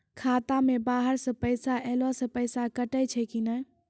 खाता मे बाहर से पैसा ऐलो से पैसा कटै छै कि नै?